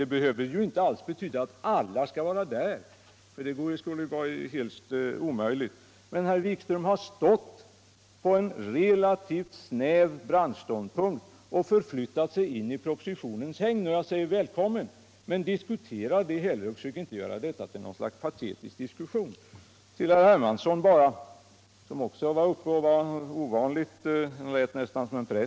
Det behöver inte alls betyda att alla skall vara där, för det skulle vara helt omöjligt. Kulturpolitiken Kulturpolitiken 120 Emellertid har herr Wikström stått på en relativt snäv branschståndpunkt och förflyttat sig in i propositionens hägn, och jag säger välkommen. Men diskutera det och försök inte göra detta till en patetisk diskussion! | Herr Hermansson lät nästan som en präst när han talade här.